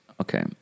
Okay